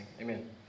Amen